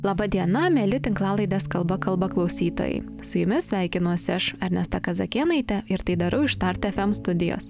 laba diena mieli tinklalaidės kalba kalba klausytojai su jumis sveikinuosi aš ernesta kazakėnaitė ir tai darau iš štart fm studijos